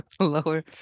Lower